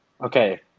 Okay